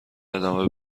ادامه